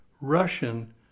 Russian